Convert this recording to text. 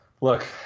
Look